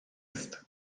ist